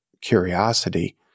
curiosity